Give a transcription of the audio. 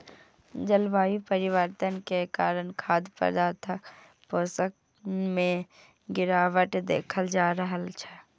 जलवायु परिवर्तन के कारण खाद्य पदार्थक पोषण मे गिरावट देखल जा रहल छै